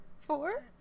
Four